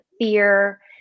fear